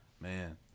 man